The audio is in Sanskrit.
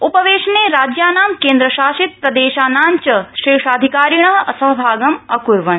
उपवेशने राज्यानां केन्द्रशासित प्रदेशानाञ्च शीर्षाधिकारिण सहभागं अकुर्वन्